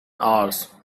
hours